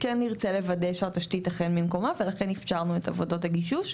כן נרצה לוודא שהתשתית אכן במקומה ולכן אפשרנו לבצע את עבודות הגישוש.